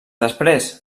després